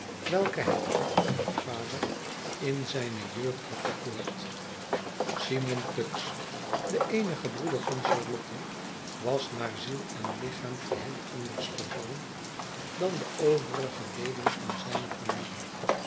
welke het hart van haar vader in ztjne jeugd had bekoord simon tuggs de eenige broeder van charlotte was naar ziei en lichaam geheel anders gevormd dan de overige leden van zijne familie